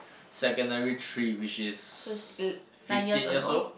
secondary three which is fifteen years old